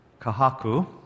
Kahaku